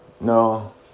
No